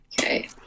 okay